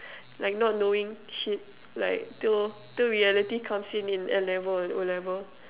like not knowing shit like till till reality comes in N-level or O-level